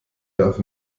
darf